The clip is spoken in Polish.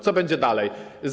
Co będzie dalej?